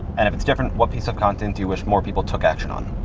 and if it's different what piece of content do you wish more people took action on?